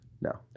No